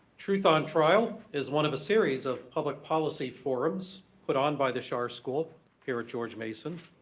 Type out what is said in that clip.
truth on trial is one of a series of public policy forums put on by the chartered school here at george mason.